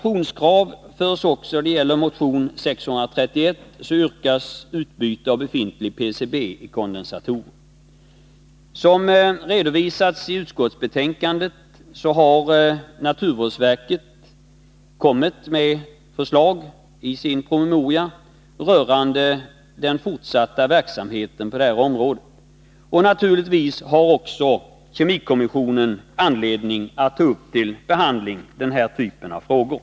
I motion 631 yrkas utbyte av befintlig PCB i kondensatorer. Som redovisas i utskottsbetänkandet har naturvårdsverket kommit med förslag i sin promemoria rörande den fortsatta verksamheten på detta område. Naturligtvis har också kemikommissionen anledning att ta upp till behandling den här typen av frågor.